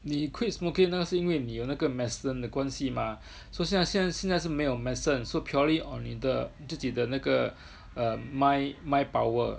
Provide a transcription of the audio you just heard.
你 quit smoking 那是因为你有那个 medicine 的关系嘛 so 现在现在现在是没有 medicine so purely on 你的自己的那个 err mind mind power